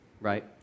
right